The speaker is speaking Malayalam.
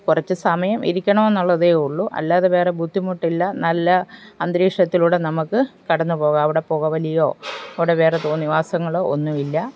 കുറച്ചു സമയം ഇരിക്കണമെന്നുള്ളതേ ഉള്ളു അല്ലാതെ വേറെ ബുദ്ധിമുട്ടില്ല നല്ല അന്തരീക്ഷത്തിലൂടെ നമുക്ക് കടന്നു പോകാം അവിടെ പുക വലിയോ അവിടെ വേറെ തോന്നിയ വാസങ്ങളോ ഒന്നുമില്ല